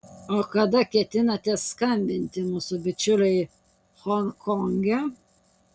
o kada ketinate skambinti mūsų bičiuliui honkonge